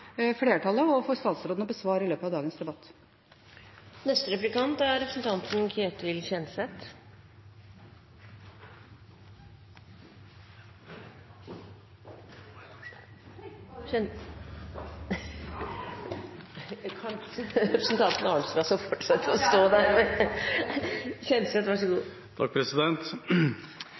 flertallet og for statsråden å besvare i løpet av dagens debatt. Representanten Arnstad har utviklet en skepsis til å